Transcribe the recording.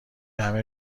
همه